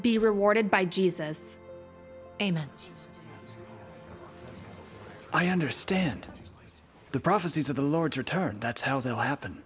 be rewarded by jesus amen i understand the prophecies of the lord's return that's how they'll happen